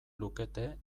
lukete